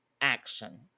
action